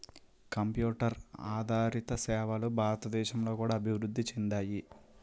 computer ఆదారిత సేవలు భారతదేశంలో కూడా అభివృద్ధి చెందాయి